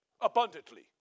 abundantly